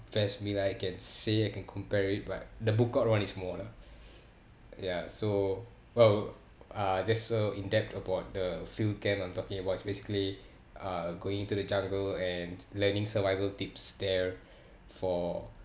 best meal I can say I can compare it but the bookout one is more lah ya so well uh there's so in-depth about the field camp I'm talking about is basically uh going into the jungle and learning survival tips there for